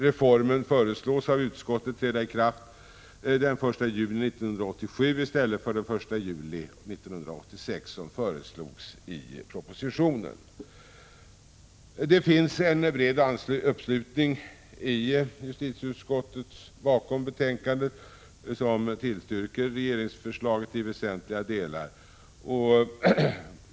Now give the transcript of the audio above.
Reformen föreslås av utskottet träda i kraft den 1 juni 1987 i stället för den 1 juli 1986, som föreslogs i propositionen. Det finns en bred uppslutning bakom betänkandet i justitieutskottet, som tillstyrker regeringsförslaget i väsentliga delar.